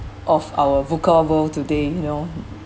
of our today you know